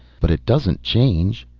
but it doesn't change.